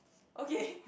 okay